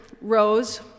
rose